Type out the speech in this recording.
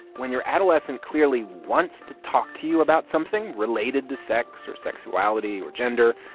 when your adolescent clearly wants to talk to you about something related to sex or sexuality or gender,